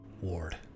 Ward